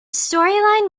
storyline